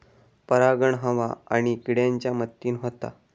परागण हवा आणि किड्यांच्या मदतीन होता